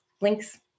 links